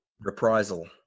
reprisal